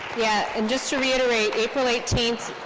yeah, and just to reiterate, april eighteenth,